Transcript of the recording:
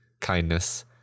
kindness